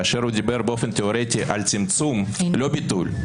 כאשר הוא דיבר באופן תאורטי על צמצום לא ביטול,